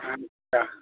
अच्छा